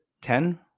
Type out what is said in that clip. ten